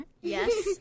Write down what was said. Yes